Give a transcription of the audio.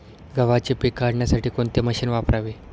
गव्हाचे पीक काढण्यासाठी कोणते मशीन वापरावे?